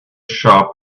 shop